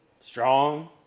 strong